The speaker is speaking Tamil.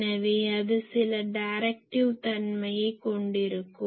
எனவே அது சில டைரக்டிவ் தன்மையைக் கொண்டிருக்கும்